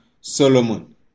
Solomon